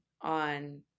on